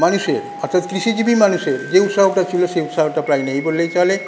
মানুষের অর্থাৎ কৃষিজীবী মানুষের যে উৎসাহটা ছিল সেই উৎসাহটা প্রায় নেই বললেই চলে